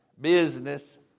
business